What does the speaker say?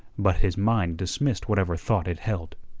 but his mind dismissed whatever thought it held.